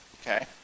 okay